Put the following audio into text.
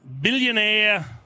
billionaire